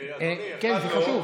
כן, זה קשור.